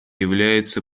является